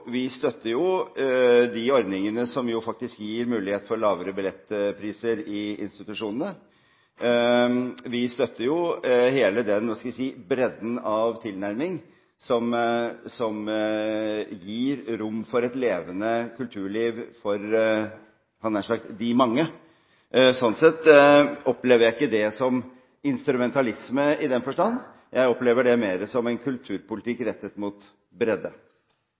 de ordningene som faktisk gir mulighet for lavere billettpriser i institusjonene. Vi støtter jo hele den bredden av tilnærming som gir rom for et levende kulturliv for – jeg hadde nær sagt – de mange. Slik sett opplever jeg ikke det som instrumentalisme i den forstand, jeg opplever det mer som en kulturpolitikk rettet inn mot bredde.